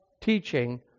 teaching